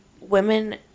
women